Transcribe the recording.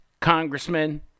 congressman